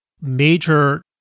major